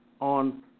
on